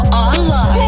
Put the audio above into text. online